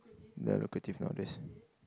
they're lucrative nowadays